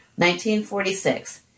1946